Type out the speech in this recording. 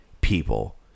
people